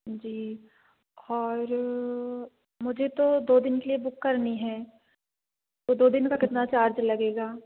जी और मुझे तो दो दिन के लिए बुक करनी है तो दो दिन का कितना चार्ज लगेगा